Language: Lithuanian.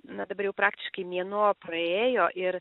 na dabar jau praktiškai mėnuo praėjo ir